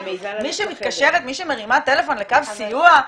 מי שמרימה טלפון לקו סיוע,